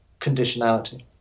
conditionality